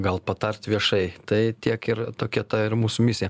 gal patart viešai tai tiek ir tokia ta mūsų misija